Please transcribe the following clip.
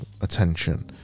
attention